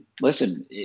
listen